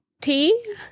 tea